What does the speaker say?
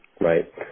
right